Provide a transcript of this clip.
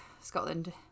scotland